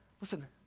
listen